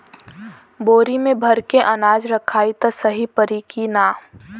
बोरी में भर के अनाज रखायी त सही परी की ना?